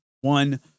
one